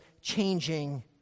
changing